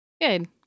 good